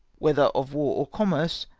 whether of war or commerce,